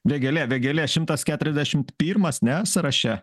vėgėlė vėgėlė šimtas keturiasdešimt pirmas ne sąraše